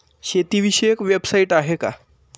शेतीविषयक वेबसाइट आहे का?